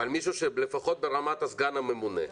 אבל מישהו לפחות ברמת סגן הממונה,